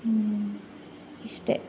ಹ್ಞೂ ಇಷ್ಟೆ